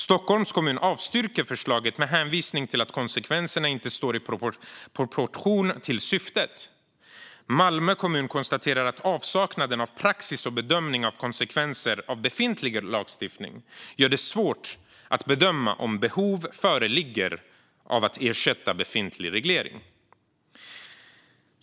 Stockholms kommun avstyrker förslaget med hänvisning till att konsekvenserna inte står i proportion till syftet. Malmö kommun konstaterar att avsaknaden av praxis och bedömning av konsekvenser av befintlig lagstiftning gör det svårt att bedöma om det föreligger behov av att ersätta befintlig reglering.